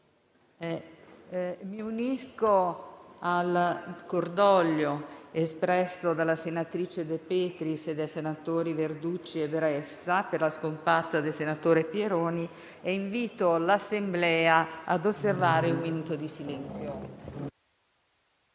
Mi unisco al cordoglio espresso dalla senatrice De Petris e dai senatori Verducci e Bressa per la scomparsa del senatore Pieroni e invito l'Assemblea ad osservare un minuto di silenzio.